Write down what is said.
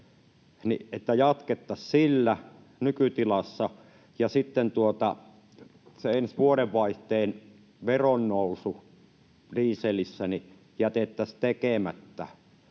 jatkettaisiin sillä, nykytilassa, ja sitten se ensi vuodenvaihteen veronnousu dieselissä jätettäisiin tekemättä.